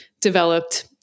developed